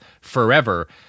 forever